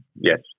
yes